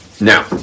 now